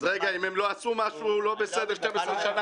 אם הם לא עשו משהו לא בסדר 12 שנה,